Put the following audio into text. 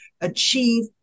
achieve